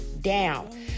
down